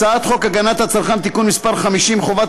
הצעת חוק הגנת הצרכן (תיקון מס' 51) (חובת